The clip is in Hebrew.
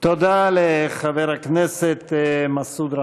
תודה לחבר הכנסת מסעוד גנאים.